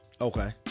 Okay